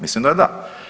Mislim da da.